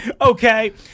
Okay